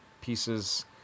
pieces